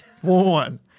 One